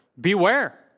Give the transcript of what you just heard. Beware